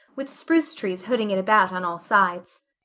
with spruce trees hooding it about on all sides.